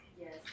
Yes